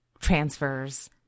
transfers